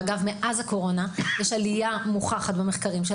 מאז הקורונה יש עלייה מוכחת במחקרים של